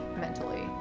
mentally